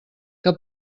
que